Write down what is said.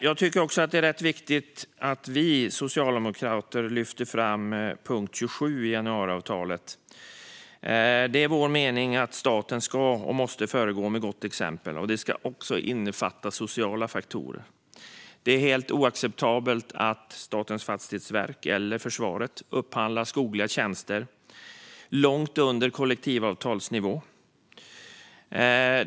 Jag tycker också att det är rätt viktigt att vi socialdemokrater lyfter fram punkt 27 i januariavtalet. Det är vår mening att staten ska och måste föregå med gott exempel, och det ska också innefatta sociala faktorer. Det är helt oacceptabelt att Statens fastighetsverk eller Försvarsmakten upphandlar skogliga tjänster långt under kollektivavtalsnivå.